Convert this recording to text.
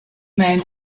men